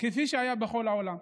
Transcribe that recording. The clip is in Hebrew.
כפי שהיה בכל העולם.